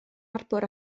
harbwr